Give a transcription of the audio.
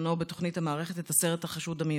בתוכנית המערכת את הסרט "החשוד המיידי".